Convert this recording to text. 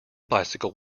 bicycle